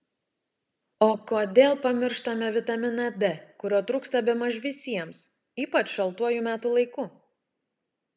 o kodėl pamištame vitaminą d kurio trūksta bemaž visiems ypač šaltuoju metų laiku